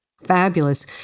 Fabulous